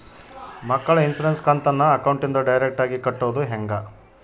ಮಕ್ಕಳ ಇನ್ಸುರೆನ್ಸ್ ಕಂತನ್ನ ಅಕೌಂಟಿಂದ ಡೈರೆಕ್ಟಾಗಿ ಕಟ್ಟೋದು ಹೆಂಗ?